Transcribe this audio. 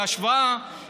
בהשוואה,